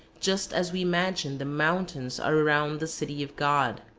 just as we imagine the mountains are around the city of god.